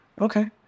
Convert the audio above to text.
Okay